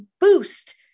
boost